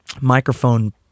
microphone